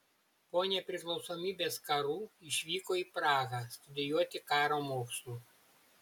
po nepriklausomybės karų išvyko į prahą studijuoti karo mokslų